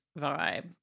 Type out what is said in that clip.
vibe